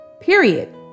Period